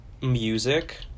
music